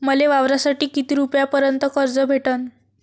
मले वावरासाठी किती रुपयापर्यंत कर्ज भेटन?